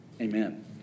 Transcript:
Amen